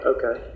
Okay